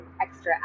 extra